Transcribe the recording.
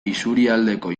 isurialdeko